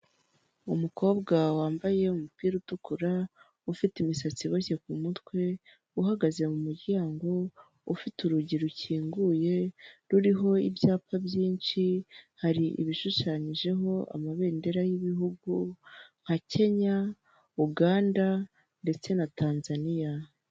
Umukobwa wambaye umupira utukura ufite imisatsi iboshye ku mutwe uhagaze mu muryango ufite urugi rukinguye ruriho ibyapa byinshi, hari ibishushanyijeho amabendera y'ibihugu nka Kenya, Uganda ndetse na Tanzaniya.